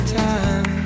time